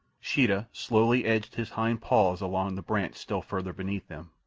sheeta slowly edged his hind paws along the branch still further beneath him,